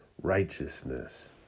righteousness